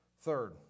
Third